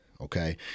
Okay